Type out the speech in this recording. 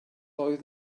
oedd